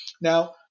now